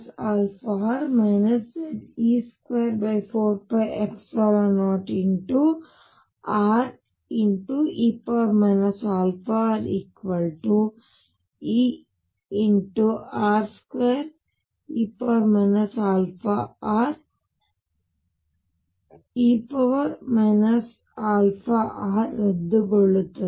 22m24αr2r2e αr222mr2r2e αr Ze24π0re αrEr2e αr e αr ರದ್ದುಗೊಳ್ಳುತದೆ